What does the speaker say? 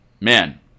man